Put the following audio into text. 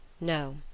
No